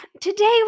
today